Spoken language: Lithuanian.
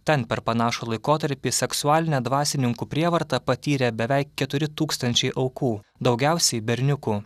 ten per panašų laikotarpį seksualinę dvasininkų prievartą patyrė beveik keturi tūkstančiai aukų daugiausiai berniukų